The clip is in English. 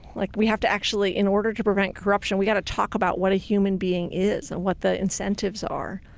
like we have to actually in order to prevent corruption, we gotta talk about what a human being is and what the incentives are.